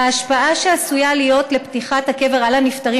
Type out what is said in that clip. ההשפעה שעשויה להיות לפתיחת הקבר על נפטרים